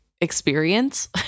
experience